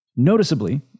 Noticeably